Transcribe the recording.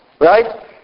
Right